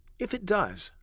if it does,